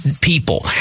people